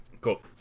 Cool